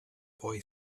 boy